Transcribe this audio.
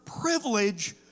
privilege